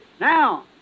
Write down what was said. Now